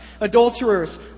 adulterers